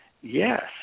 Yes